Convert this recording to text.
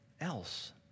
else